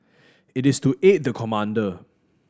it is to aid the commander